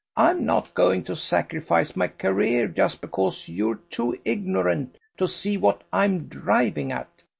i'm not going to sacrifice my career just because you're too ignorant to see what i'm driving at.